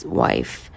wife